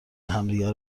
همدیگه